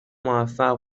موفق